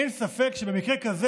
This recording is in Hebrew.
אין ספק שבמקרה כזה,